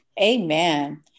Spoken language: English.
Amen